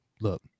Look